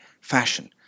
fashion